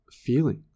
feeling